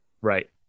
Right